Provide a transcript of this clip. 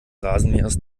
rasenmähers